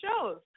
shows